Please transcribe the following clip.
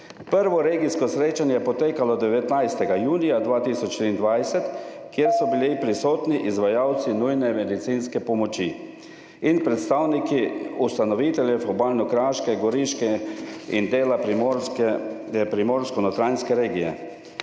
Prvo regijsko srečanje je potekalo 19. junija 2023, kjer so bili prisotni izvajalci nujne medicinske pomoči in predstavniki ustanoviteljev Obalno-kraške, Goriške in dela Primorsko-notranjske regije.